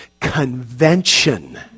Convention